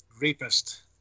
rapist